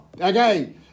Okay